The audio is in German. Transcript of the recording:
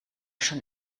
schon